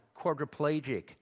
quadriplegic